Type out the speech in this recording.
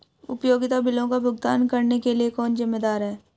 उपयोगिता बिलों का भुगतान करने के लिए कौन जिम्मेदार है?